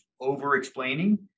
over-explaining